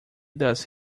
does